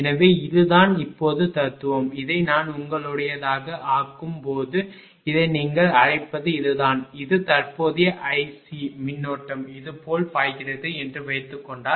எனவே இதுதான் இப்போது தத்துவம் இதை நான் உங்களுடையதாக ஆக்கும் போது இதை நீங்கள் அழைப்பது இதுதான் இது தற்போதைய iC மின்னோட்டம் இது போல் பாய்கிறது என்று வைத்துக் கொண்டால்